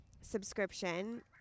subscription